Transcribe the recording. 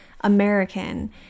American